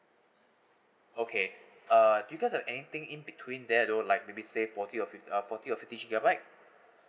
okay uh do you guys have anything in between there though like maybe it say forty or fift~ uh forty or fifty gigabyte